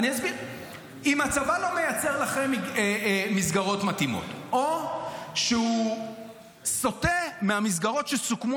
אם הצבא לא מייצר לכם מסגרות מתאימות או שהוא סוטה מהמסגרות שסוכמו